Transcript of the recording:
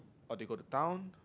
or they go to town